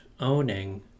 owning